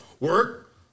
Work